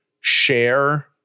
share